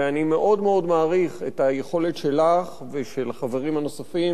ואני מאוד מאוד מעריך את היכולת שלך ושל החברים הנוספים